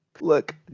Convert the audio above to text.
Look